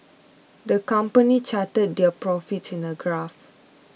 the company charted their profits in a graph